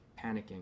panicking